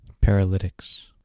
paralytics